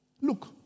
look